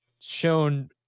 shown